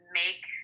make